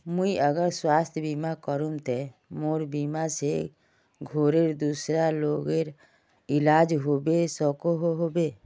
मुई अगर स्वास्थ्य बीमा करूम ते मोर बीमा से घोरेर दूसरा लोगेर इलाज होबे सकोहो होबे?